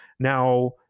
Now